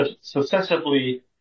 successively